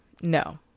no